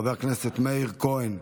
חבר הכנסת מאיר כהן,